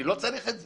אני לא צריך את זה.